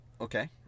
Okay